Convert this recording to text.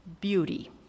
Beauty